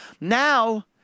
now